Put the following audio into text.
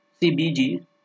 CBG